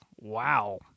wow